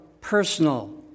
personal